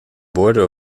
border